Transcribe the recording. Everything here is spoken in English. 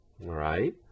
right